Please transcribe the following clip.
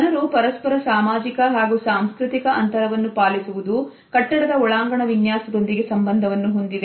ಜನರು ಪರಸ್ಪರ ಸಾಮಾಜಿಕ ಹಾಗೂ ಸಾಂಸ್ಕೃತಿಕ ಅಂತರವನ್ನು ಪಾಲಿಸುವುದು ಕಟ್ಟಡದ ಒಳಾಂಗಣ ವಿನ್ಯಾಸದೊಂದಿಗೆ ಸಂಬಂಧವನ್ನು ಹೊಂದಿದೆ